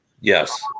yes